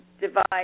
divide